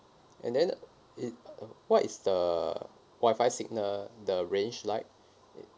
and then it uh what is the wi-fi signal the range like